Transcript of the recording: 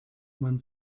man